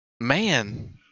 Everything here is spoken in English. Man